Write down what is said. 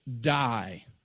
die